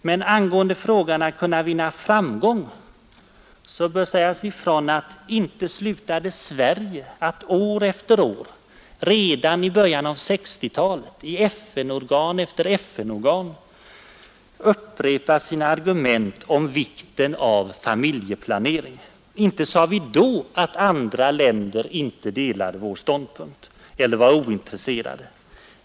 Och angående frågan om man kan vinna framgång bör påpekas, att inte slutade Sverige att år efter år, redan i början av 1960-talet, i FN-organ efter FN-organ upprepa sina argument om vikten av familjeplanering. Inte sade vi då att andra länder inte delade vår ståndpunkt eller var ointresserade.